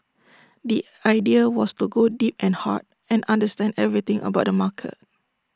the idea was to go deep and hard and understand everything about the market